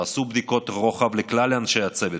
תעשו בדיקות רוחב לכלל אנשי הצוות.